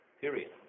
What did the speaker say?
period